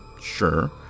sure